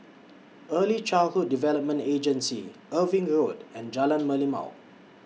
Early Childhood Development Agency Irving Road and Jalan Merlimau